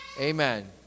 Amen